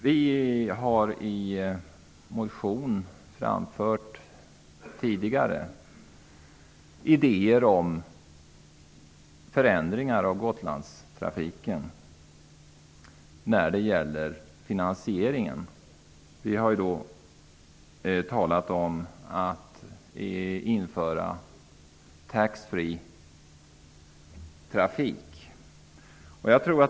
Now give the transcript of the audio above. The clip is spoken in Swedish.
Vi har tidigare i en motion framfört idéer om förändringar av Gotlandstrafikens finansiering. Vi har föreslagit taxfreeförsäljning på Gotlandsfärjorna.